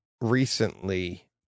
recently